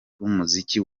b’umuziki